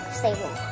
stable